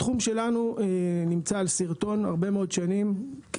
התחום שלנו נמצא על שרטון הרבה מאוד שנים.